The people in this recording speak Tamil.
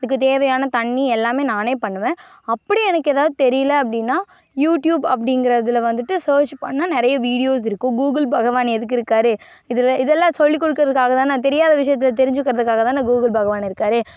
அதுக்கு தேவையான தண்ணி எல்லாமே நானே பண்ணுவேன் அப்படி எனக்கு எதாவது தெரியல அப்படின்னா யூடியூப் அப்படிங்குறதுல வந்துவிட்டு சேர்ச் பண்ணால் நிறையா வீடியோஸ் இருக்கும் கூகுள் பகவான் எதுக்கு இருக்கார் இதெல்லாம் இதெல்லாம் சொல்லிக் கொடுக்குறதுக்காக தானே தெரியாத விஷயத்தை தெரிஞ்சிக்கிறதுக்காக தானே கூகுள் பகவான் இருக்கார்